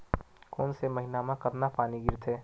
कोन से महीना म कतका पानी गिरथे?